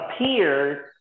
appears